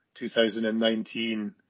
2019